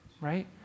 right